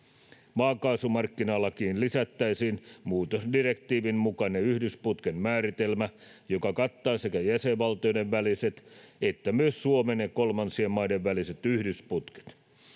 maakaasumarkkinalakiin lisättäisiin muutosdirektiivin mukainen yhdysputken määritelmä joka kattaa sekä jäsenvaltioiden väliset että myös suomen ja kolmansien maiden väliset yhdysputket